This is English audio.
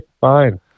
fine